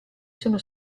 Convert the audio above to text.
sono